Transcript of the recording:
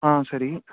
ஆ சரி